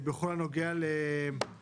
בכל הנוגע להארכת